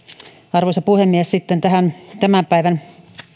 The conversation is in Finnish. arvoisa puhemies sitten tämän päivän